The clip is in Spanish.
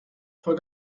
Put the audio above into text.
fue